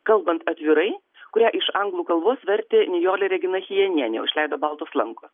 kalbant atvirai kurią iš anglų kalbos vertė nijolė regina chijenienė išleido baltos lankos